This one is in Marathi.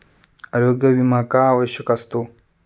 आरोग्य विमा का आवश्यक असतो?